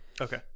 okay